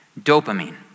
dopamine